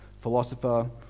philosopher